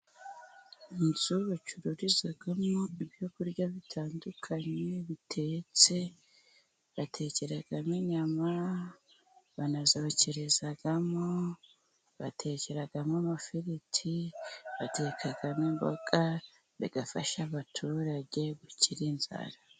Inzu bacururizamo ibyo kurya bitandukanye bitetse. Batekeramo inyama, banazokerezamo, batekeramo amafiriti, batekamo imboga, bigafasha abaturage gukira inzara.